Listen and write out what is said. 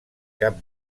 cap